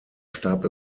starb